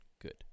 good